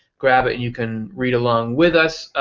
grab it and you can read along with us.